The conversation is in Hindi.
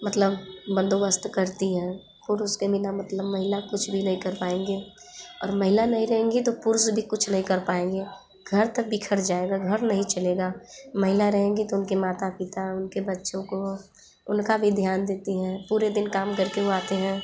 मतलब बंदोबस्त करती हैं पुरुष के बिना मतलब महिला कुछ भी नहीं कर पाएँगी और महिला नहीं रहेंगी तो पुरुष भी कुछ नहीं कर पाएँगे घर तक बिखर जाएगा घर नहीं चलेगा महिला रहेंगी तो उनके माता पिता उनके बच्चों को उनका भी ध्यान देती हैं पूरे दिन काम कर के वो आते हैं